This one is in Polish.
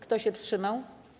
Kto się wstrzymał?